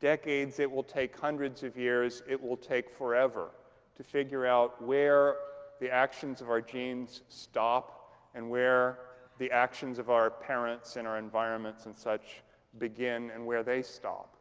decades. it will take hundreds of years. it will take forever to figure out where the actions of our genes stop and where the actions of our parents and our environments and such begin, and where they stop.